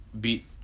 beat